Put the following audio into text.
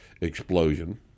explosion